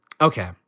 okay